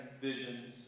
visions